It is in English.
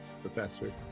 Professor